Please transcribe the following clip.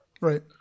Right